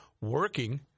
working